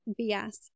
BS